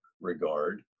regard